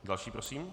Další prosím.